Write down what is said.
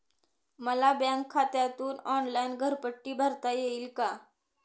मला बँक खात्यातून ऑनलाइन घरपट्टी भरता येईल का?